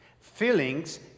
Feelings